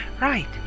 Right